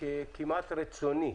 כמעט רצוני,